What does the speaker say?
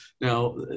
now